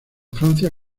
francia